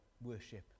worship